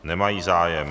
Nemají zájem.